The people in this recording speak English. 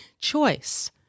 choice